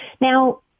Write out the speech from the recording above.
Now